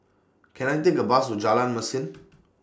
Can I Take A Bus to Jalan Mesin